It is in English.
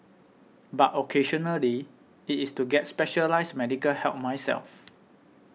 but occasionally it is to get specialised medical help myself